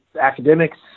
academics